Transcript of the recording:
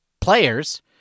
players